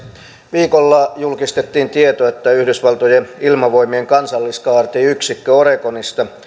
viikolla julkistettiin tieto että yhdysvaltojen ilmavoimien kansalliskaartiyksikkö oregonista